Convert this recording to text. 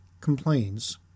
complains